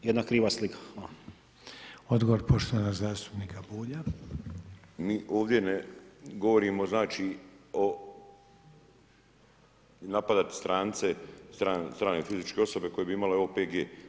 Mi ovdje ne govorimo znači o napadati strance, strane fizičke osobe koje bi imale OPG.